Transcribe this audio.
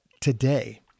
today